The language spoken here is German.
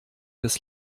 des